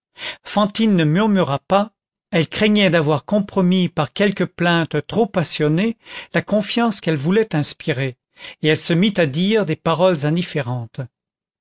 fantine ne murmura pas elle craignait d'avoir compromis par quelques plaintes trop passionnées la confiance qu'elle voulait inspirer et elle se mit à dire des paroles indifférentes